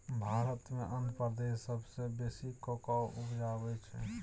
भारत मे आंध्र प्रदेश सबसँ बेसी कोकोआ उपजाबै छै